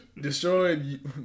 destroyed